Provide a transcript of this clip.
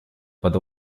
под